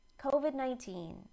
COVID-19